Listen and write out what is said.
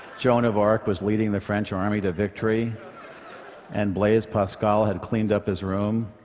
joan of arc was leading the french army to victory and blaise pascal had cleaned up his room